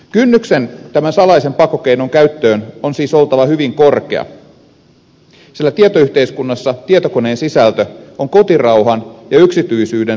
kynnyksen tämän salaisen pakkokeinon käyttöön on siis oltava hyvin korkea sillä tietoyhteiskunnassa tietokoneen sisältö on kotirauhan ja yksityisyyden suojan ydintä